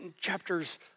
chapters